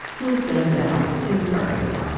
who was gunned down in the parking lot